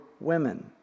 Women